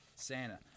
Santa